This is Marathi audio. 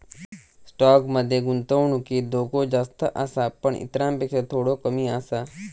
स्टॉक मध्ये गुंतवणुकीत धोको जास्त आसा पण इतरांपेक्षा थोडो कमी आसा